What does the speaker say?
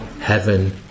heaven